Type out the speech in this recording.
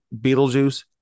Beetlejuice